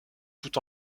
tout